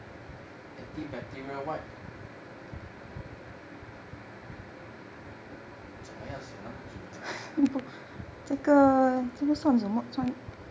anti-bacterial wipe 怎么要想那么久的